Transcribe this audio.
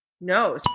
no